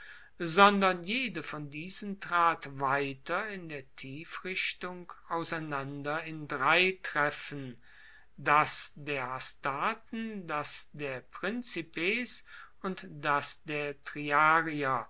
sondern jede von diesen trat weiter in der tiefrichtung auseinander in drei treffen das der hastaten das der principes und das der triarier